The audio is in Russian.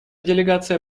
делегация